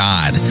God